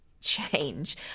change